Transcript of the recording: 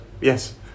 yes